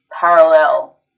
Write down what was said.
parallel